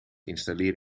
installeer